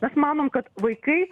mes manom kad vaikai